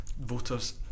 voters